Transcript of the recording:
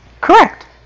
correct